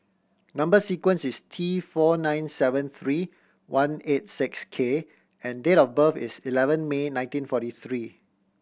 number sequence is T four nine seven three one eight six K and date of birth is eleven May nineteen forty three